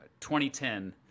2010